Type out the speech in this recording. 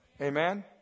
Amen